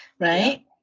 Right